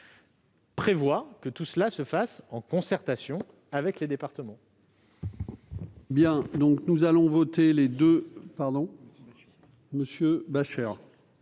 prévoit que tout cela se fasse en concertation avec les départements.